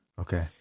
okay